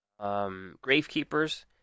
Gravekeepers